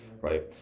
right